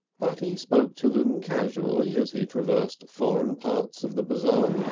but he spoke to them casually as he traversed foreign parts of the bazaar,